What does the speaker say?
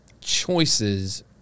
choices